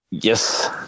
Yes